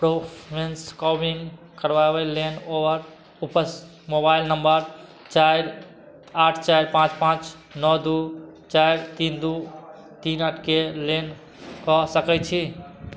प्रोफेन्स कॉविन करबाबै लेल ओवर उपस मोबाइल नम्बर चारि आठ चारि पाँच पाँच नओ दुइ चारि तीन दुइ तीन आठके लेल कऽ सकै छी